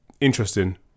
interesting